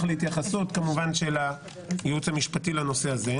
להתייחסות של הייעוץ המשפטי לנושא הזה.